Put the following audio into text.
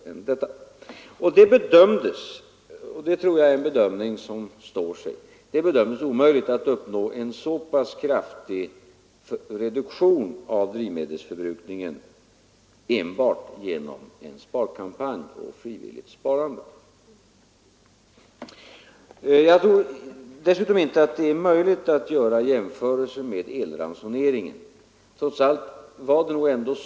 Och det bedömdes som omöjligt — vilket jag tror är en bedömning som står sig — att uppnå en så pass kraftig reduktion av drivmedelsförbrukningen enbart genom en sparkampanj och frivilligt sparande. Jag tror dessutom inte att det är möjligt att jämföra bensinransoneringen med elransoneringen.